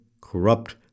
corrupt